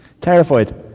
Terrified